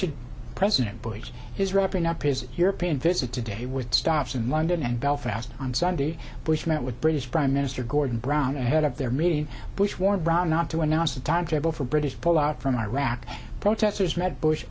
and president bush is wrapping up his european visit today with stops in london and belfast on sunday bush met with british prime minister gordon brown ahead of their meeting bush war brown not to announce a timetable for british pullout from iraq protesters met bush